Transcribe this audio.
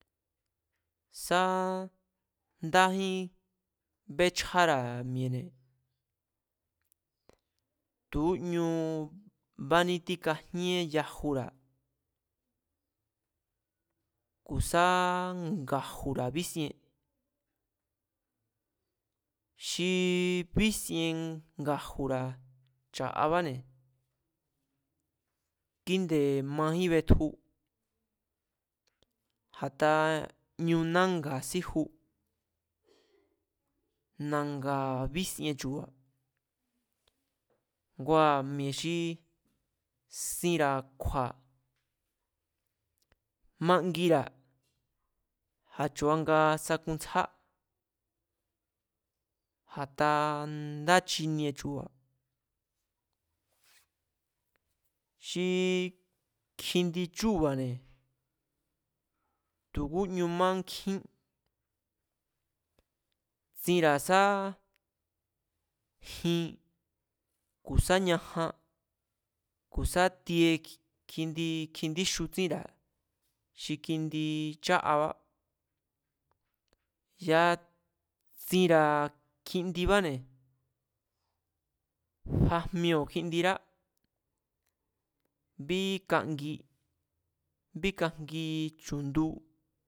Sá ndájín béchjára̱ mi̱e̱ne̱ tu̱úñu banítikajíén yajura̱ ku̱ sá nga̱ju̱ra̱ bísien xi bísien nga̱ju̱ra̱ cha̱'abáne̱ kínde̱ majín betju a̱nda ñu nanga̱ síju, na̱nga̱ bísien chu̱ba̱ ngua̱ mi̱e̱ xi sinra̱ kju̱a̱mangira̱ a̱chu̱a nga sangunsjá, a̱taa ndá chinie chu̱ba̱, xi kjindi chúu̱ba̱ne̱ tu̱kúñu mánkjín, tsinra̱ sá jin ku̱ sá ñajan ku̱ sá tie kjindi kjindixu tsínra̱, xi kjindi cha'aba, ya̱a tsinra̱ kjindibáne̱, fajmioo̱ kjindira, bíkangi, bíkajngi chu̱ndu